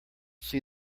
see